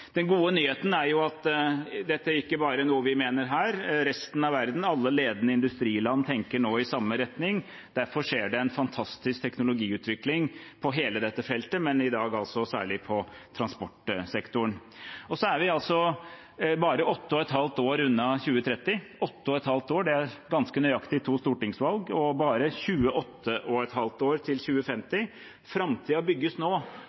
Den gode nyheten er at dette ikke bare er noe vi mener her. Resten av verden – alle ledende industriland – tenker nå i samme retning. Derfor skjer det en fantastisk teknologiutvikling på hele dette feltet, men i dag altså særlig i transportsektoren. Vi er bare åtte og et halvt år unna 2030, åtte og et halvt år – det er ganske nøyaktig to stortingsvalg – og bare tjueåtte og et halvt år unna 2050. Framtiden bygges nå.